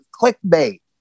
clickbait